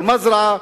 אל-מזרעה,